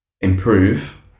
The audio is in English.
improve